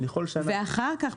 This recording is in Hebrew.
אחר כך,